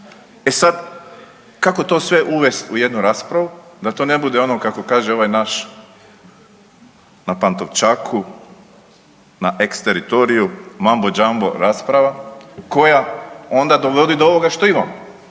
E sad kako to sve uvest i jednu raspravu da to ne bude ono kako kaže ovaj naš na Pantovčaku na ex teritoriju, mambo jambo rasprava koja onda dovodi do ovoga što imamo,